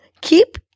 Keep